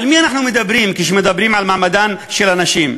על מי אנחנו מדברים כשמדברים על מעמדן של הנשים?